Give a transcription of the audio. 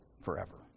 forever